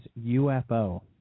UFO